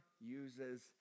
uses